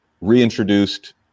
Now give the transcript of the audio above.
reintroduced